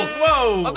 whoa.